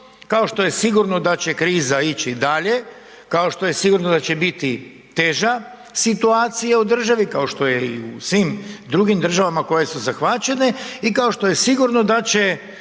kao što je sigurno da će kriza ići dalje, kao što je sigurno da će biti teža situacija u državi kao što je i u svim drugim državama koje su zahvaćene i kao što je sigurno da će